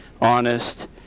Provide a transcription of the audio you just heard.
honest